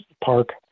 park